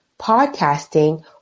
podcasting